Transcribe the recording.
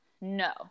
No